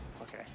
okay